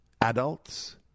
Adults